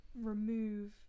remove